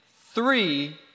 three